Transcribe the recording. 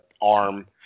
arm